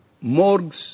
morgues